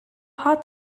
hot